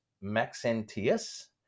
Maxentius